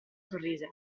sorrise